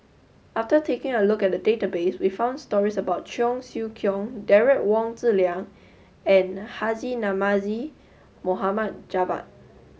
after taking a look at the database we found stories about Cheong Siew Keong Derek Wong Zi Liang and Haji Namazie Mohd Javad